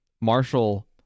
Marshall